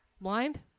Blind